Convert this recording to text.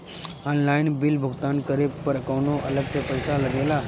Online bill भुगतान करे पर कौनो अलग से पईसा लगेला?